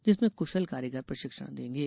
जिसमें कुशल कारीगर प्रशिक्षण देंगे